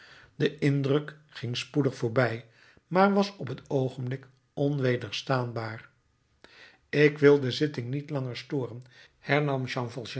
de indruk ging spoedig voorbij maar was op het oogenblik onwederstaanbaar ik wil de zitting niet langer storen hernam